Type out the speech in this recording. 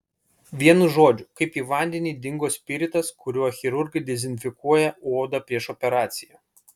vienu žodžiu kaip į vandenį dingo spiritas kuriuo chirurgai dezinfekuoja odą prieš operaciją